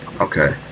Okay